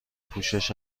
پوشش